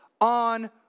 on